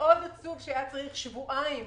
מאוד עצוב שהיו צריכים לעבור שבועיים